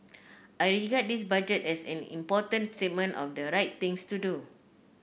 I regard this Budget as an important statement of the right things to do